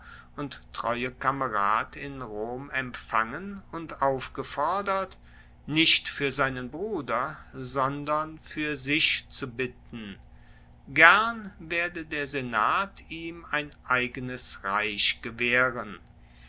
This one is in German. und treue kamerad in rom empfangen und aufgefordert nicht fuer seinen bruder sondern fuer sich zu bitten gern werde der senat ihm ein eigenes reich gewaehren